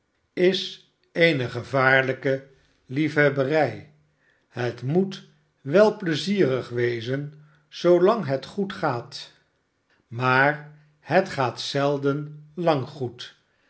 is eene gevaarlijke liefhebberij het moet wel pleizierig wezen zoolang het goed gaat maar het gaat zelden lang goed